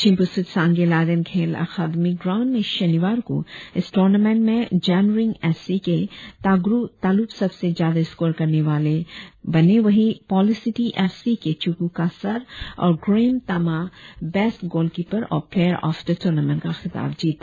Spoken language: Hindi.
चिम्पु स्थित सांगे लादेन खेल अकादमी ग्राऊंड में शनिवार को इस टुर्नामेंट में जनरिंग एस सी के तागरु तालुप सबसे ज्यादा स्कोर करने वाले बने वही पोलोसिटी एफ सी के चुकू कास्सार और Grem Tama best goal keeper और प्लेयर ऑफ द टुर्नामेंट का खिताब जिता